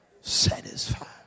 satisfied